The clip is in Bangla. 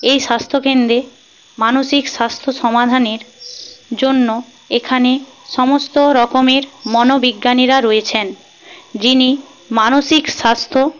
এই স্বাস্থ্যকেন্দ্রে মানসিক স্বাস্থ্য সমাধানের জন্য এখানে সমস্তরকমের মনোবিজ্ঞানীরা রয়েছেন যিনি মানসিক স্বাস্থ্য